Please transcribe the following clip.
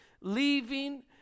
leaving